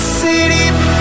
city